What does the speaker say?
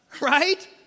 right